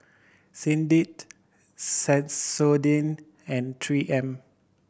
Lindt Sensodyne and Three M